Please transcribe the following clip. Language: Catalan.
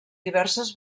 diverses